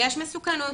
יש מסוכנות,